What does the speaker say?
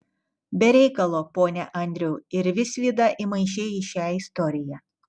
be reikalo pone andriau ir visvydą įmaišei į šią istoriją